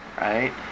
right